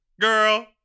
Girl